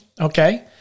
Okay